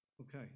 Okay